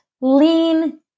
lean